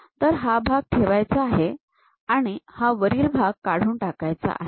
तर हा भाग ठेवायचा आहे आणि हा वरील भाग काढून टाकायचा आहे